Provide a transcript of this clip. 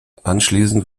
anschließend